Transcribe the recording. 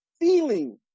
feeling